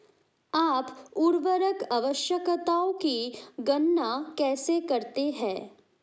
आप उर्वरक आवश्यकताओं की गणना कैसे करते हैं?